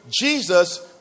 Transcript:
jesus